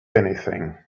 anything